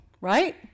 right